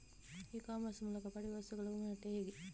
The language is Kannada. ಇ ಕಾಮರ್ಸ್ ಮೂಲಕ ಪಡೆಯುವ ವಸ್ತುಗಳ ಗುಣಮಟ್ಟ ಹೇಗೆ?